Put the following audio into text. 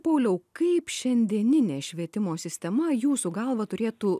pauliau kaip šiandieninė švietimo sistema jūsų galva turėtų